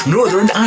Northern